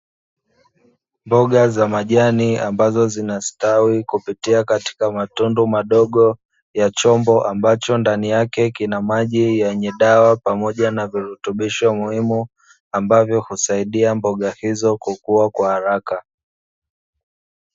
Mboga za majani ambazo zinastawi kupitia katika matundu madogo ya chombo ambacho ndani yake kina maji yenye dawa pamoja na virutubisho muhimu, ambavyo husaidia mboga hizo kukua kwa haraka.